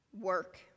work